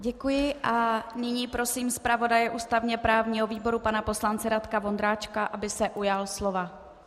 Děkuji a nyní prosím zpravodaje ústavněprávního výboru pana poslance Radka Vondráčka, aby se ujal slova.